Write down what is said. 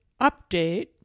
update